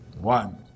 One